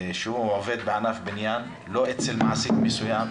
שהוא עובד בענף הבניין ולא אצל מעסיק מסוים,